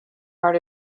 heart